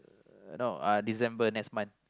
no uh December next month